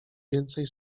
więcej